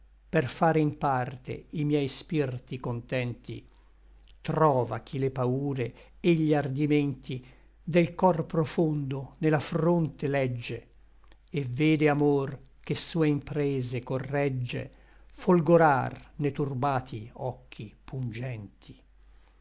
per far in parte i miei spirti contenti trova chi le paure et gli ardimenti del cor profondo ne la fronte legge et vede amor che sue imprese corregge folgorar ne turbati occhi pungenti